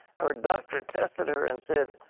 her doctor tested her and said,